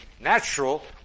natural